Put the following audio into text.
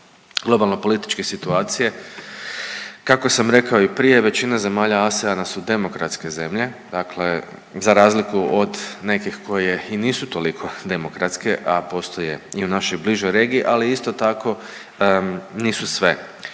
globalno-političke situacije. Kako sam i rekao prije, većina zemalja ASEAN-a su demokratske zemlje, dakle za razliku od nekih koje i nisu toliko demokratske, a postoje i u našoj bližoj regiji, ali isto tako nisu sve.